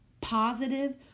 positive